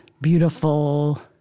beautiful